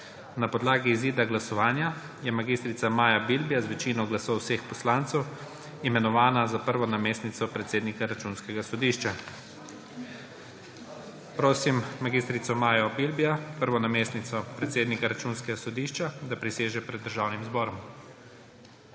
Na podlagi izida glasovanja je mag. Maja Bilbija z večino glasov vseh poslancev imenovana za prvo namestnico predsednika Računskega sodišča. Prosim mag. Majo Bilbija, prvo namestnico predsednika Računskega sodišča, da priseže pred državnim zborom.